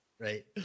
Right